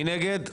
מי נגד?